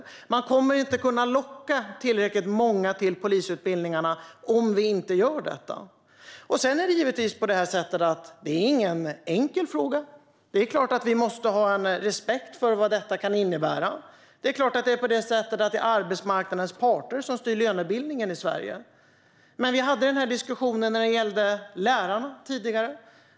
Man kommer inte att kunna locka tillräckligt många till polisutbildningarna om vi inte gör detta. Sedan är det givetvis inte någon enkel fråga. Det är klart att vi måste ha respekt för vad det kan innebära och att det är arbetsmarknadens parter som styr lönebildningen i Sverige. Vi hade tidigare den här diskussionen om lärarna.